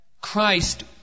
Christ